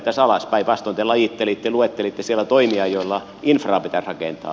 päinvastoin te lajittelitte luettelitte siellä toimia joilla infraa pitäisi rakentaa